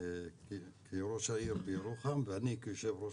גם כראש העיר בירוחם ואני כיושב-ראש